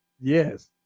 Yes